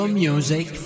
music